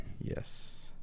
Yes